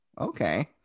okay